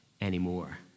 anymore